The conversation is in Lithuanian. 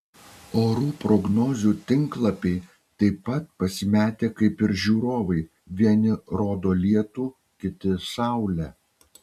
orų prognozių tinklapiai taip pat pasimetę kaip ir žiūrovai vieni rodo lietų kiti saulę